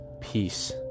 Peace